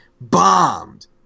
bombed